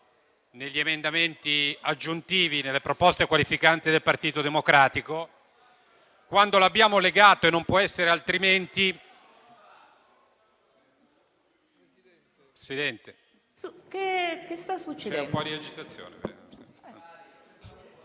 negli emendamenti aggiuntivi, con le proposte qualificanti del Partito Democratico, quando l'abbiamo legato e non può essere altrimenti...